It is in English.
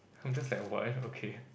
just like what okay